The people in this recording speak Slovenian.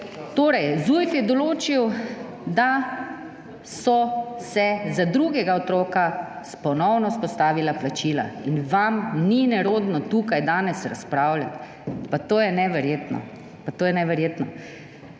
Torej, Zujf je določil, da so se za drugega otroka ponovno vzpostavila plačila. In vam ni nerodno tukaj danes razpravljati. Pa to je neverjetno!